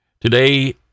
today